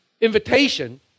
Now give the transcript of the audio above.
invitation